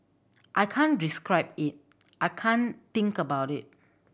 I can't describe it I can't think about it